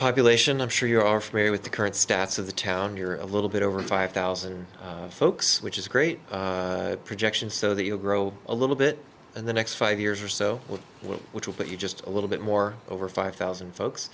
population i'm sure are familiar with the current status of the town you're a little bit over five thousand folks which is a great projection so that you'll grow a little bit in the next five years or so which will put you just a little bit more over five thousand folks